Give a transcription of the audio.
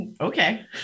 Okay